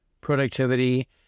productivity